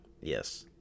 Yes